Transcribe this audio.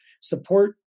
support